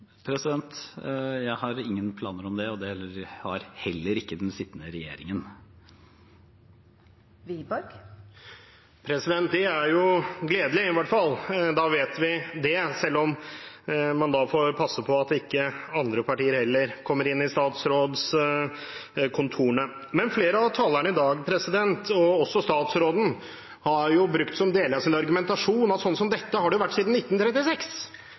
Jeg har ingen planer om det, og det har heller ikke den sittende regjeringen. Det er jo gledelig i hvert fall. Da vet vi det, selv om man da får passe på at ikke andre partier kommer inn i statsrådskontorene. Flere av talerne i dag, og også statsråden, har brukt som deler av sin argumentasjon at sånn som dette har det vært siden 1936.